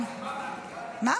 נגמר --- מה?